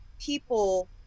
people